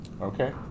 Okay